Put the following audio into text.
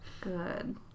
good